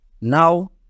Now